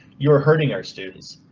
you are hurting our students.